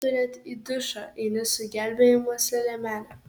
tu net į dušą eini su gelbėjimosi liemene